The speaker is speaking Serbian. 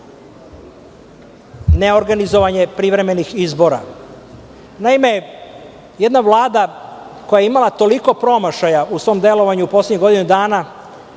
neorganizovanje privremenih izbora. Jedna Vlada koja je imala toliko promašaja u svom delovanju u poslednjih godinu dana